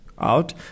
out